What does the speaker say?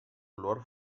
olor